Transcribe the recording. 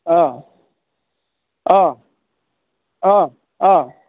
অঁ অঁ অঁ অঁ